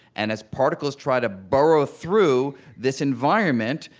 and as particles try to burrow through this environment,